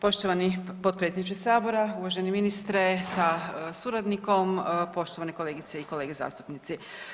Poštovani potpredsjedniče Sabora, uvaženi ministre sa suradnikom, poštovane kolegice i kolege zastupnici.